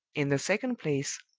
in the second place,